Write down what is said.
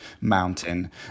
mountain